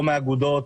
לא מאגודות,